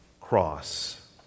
cross